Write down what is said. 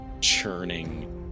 churning